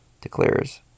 declares